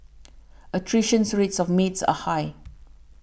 attrition rates of maids are high